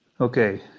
Okay